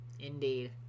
Indeed